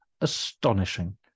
astonishing